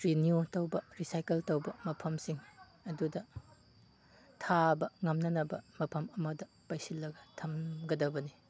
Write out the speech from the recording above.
renew ꯇꯧꯕ recycle ꯇꯧꯕ ꯃꯐꯝꯁꯤꯡ ꯑꯗꯨꯗ ꯊꯥꯕ ꯉꯝꯅꯅꯕ ꯃꯐꯝ ꯑꯃꯗ ꯄꯩꯁꯤꯜꯂꯒ ꯊꯝꯒꯗꯕꯅꯤ